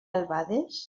albades